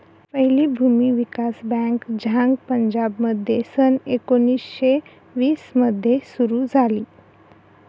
पहिली भूमी विकास बँक झांग पंजाबमध्ये सन एकोणीसशे वीस मध्ये सुरू झाली